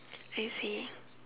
I see